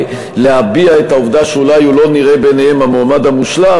להביע את העובדה שאולי הוא לא נראה בעיניהם המועמד המושלם,